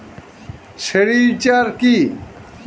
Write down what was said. Sericulture কি?